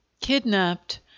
Kidnapped